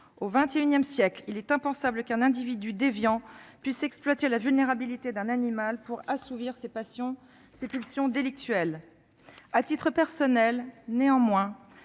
Au XXI siècle, il est impensable qu'un individu déviant puisse exploiter la vulnérabilité d'un animal pour assouvir ses pulsions délictuelles. À titre personnel, néanmoins,